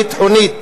ביטחונית.